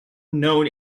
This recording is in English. known